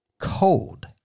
cold